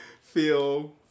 feel